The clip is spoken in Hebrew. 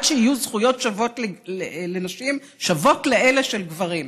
עד שיהיו זכויות שוות לנשים, שוות לאלה של גברים.